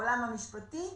מי שביצע בדיקות מידיות,